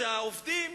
שהעובדים